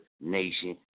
Nation